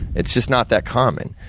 it's just not that common.